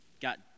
got